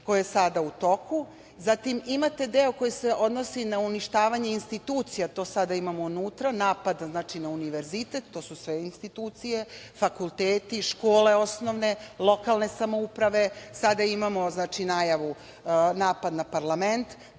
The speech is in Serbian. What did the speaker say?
koja je sada u toku. Zatim, imate deo koji se odnosi na uništavanje institucija, to sada imamo unutra, znači, napad na univerzitet, to su sve institucije, fakulteti, škole osnovne, lokalne samouprave, sada imamo najavu - napad na parlament,